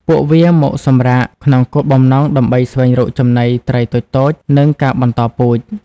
ពួកវាមកសម្រាក ក្នុងគោលបំណងដើម្បីស្វែងរកចំណី ត្រីតូចៗ និងការបន្តពូជ។